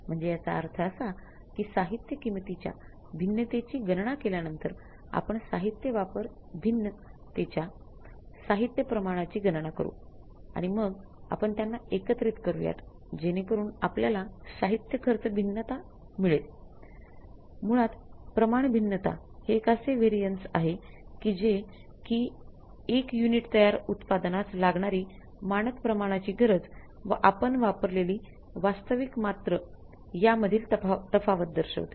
म्हणजे याचा अर्थ असा कि साहित्य किमतीच्या भिन्नतेची गणना केल्यांनतर आपण साहित्य वापर भिन्न त्याच्या हे एक असे व्हॅरियन्स आहे कि जे कि १ युनिट तयार उत्पादनास लागणारी मानक प्रमाणाची गरज व आपण वापरलेली वास्तविक मात्र यामधील तफावत दर्शवते